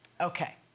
Okay